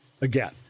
again